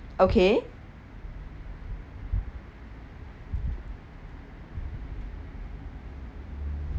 okay